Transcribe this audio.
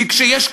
כי כשיש קיפאון,